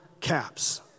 caps